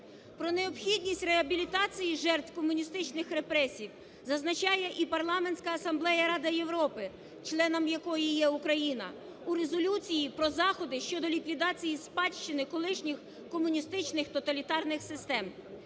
Про необхідність реабілітації жертв комуністичних репресій зазначає і Парламентська асамблея Ради Європи, членом якої є Україна, у резолюції про заходи щодо ліквідації спадщини колишніх комуністичних тоталітарних систем.